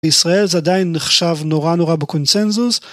בישראל זה עדיין נחשב עדיין בקונצנזוס